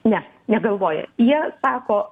ne negalvoja jie sako